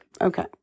okay